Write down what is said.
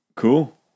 Cool